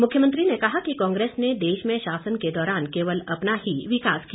मुख्यमंत्री ने कहा कि कांग्रेस ने देश में शासन के दौरान केवल अपना ही विकास किया